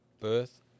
birth